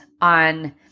on